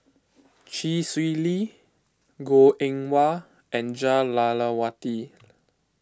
Chee Swee Lee Goh Eng Wah and Jah Lelawati